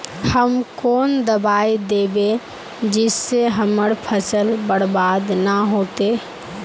हम कौन दबाइ दैबे जिससे हमर फसल बर्बाद न होते?